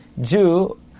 Jew